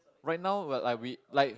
right now what like we like